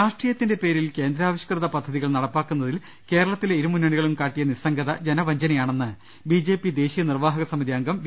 രാഷ്ട്രീയത്തിന്റെ പേരിൽ കേന്ദ്രാവിഷ്കൃത പദ്ധതികൾ നട പ്പിലാക്കുന്നതിൽ കേരളത്തിലെ ഇരുമുന്നണികളും കാട്ടിയ നിസ്സം ഗത ജനവഞ്ചനയാണെന്ന് ബിജെപി ദേശീയ നിർവാഹക സമിതി യംഗം വി